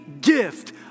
gift